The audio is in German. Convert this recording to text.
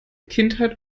kindheit